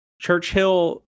Churchill